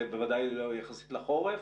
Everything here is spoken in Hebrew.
בוודאי יחסית לחורף,